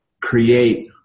create